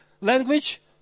language